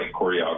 choreography